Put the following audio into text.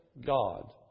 God